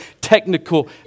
technical